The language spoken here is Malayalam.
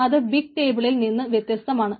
അത് ബിഗ് ടേബിളിൽ നിന്ന് വ്യത്യസ്തമാണ്